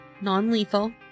Non-lethal